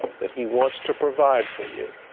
that he wants to provide for you,